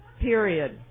Period